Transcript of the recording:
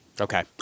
Okay